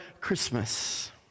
Christmas